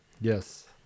Yes